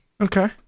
Okay